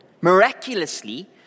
miraculously